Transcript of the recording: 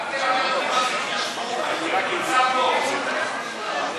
ואל תלמד אותי מה זה התיישבות, אדוני